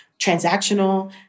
transactional